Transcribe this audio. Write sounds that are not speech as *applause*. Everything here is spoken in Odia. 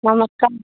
*unintelligible*